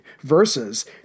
versus